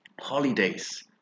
holidays